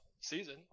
season